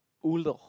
oolong